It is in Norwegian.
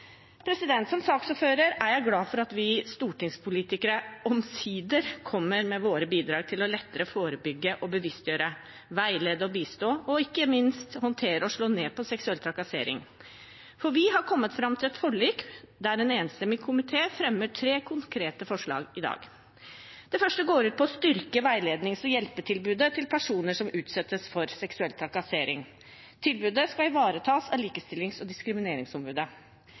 Som saksordfører er jeg glad for at vi stortingspolitikere omsider kommer med våre bidrag til lettere å forebygge, bevisstgjøre, veilede og bistå, og ikke minst håndtere og slå ned på, seksuell trakassering. For vi har kommet fram til et forlik der en enstemmig komité fremmer tre konkrete forslag i dag. Det første går ut på å styrke veilednings- og hjelpetilbudet til personer som utsettes for seksuell trakassering. Tilbudet skal ivaretas av Likestillings- og diskrimineringsombudet.